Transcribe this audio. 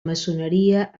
maçoneria